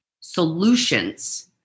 solutions